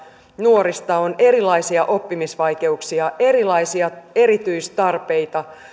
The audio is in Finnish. nuorista on erilaisia oppimisvaikeuksia erilaisia erityistarpeita